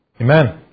Amen